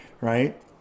Right